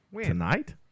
Tonight